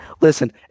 listen